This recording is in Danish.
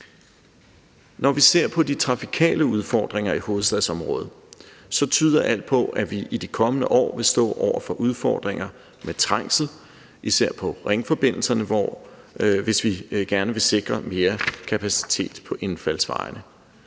Når vi ser på de trafikale udfordringer i hovedstadsområdet, tyder alt på, at vi i de kommende år vil stå over for udfordringer med trængsel, især på ringforbindelserne, hvis vi gerne vil sikre mere kapacitet på indfaldsvejene.